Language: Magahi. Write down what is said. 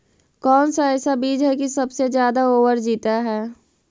कौन सा ऐसा बीज है की सबसे ज्यादा ओवर जीता है?